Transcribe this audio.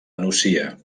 nucia